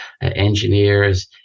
engineers